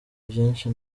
byinshi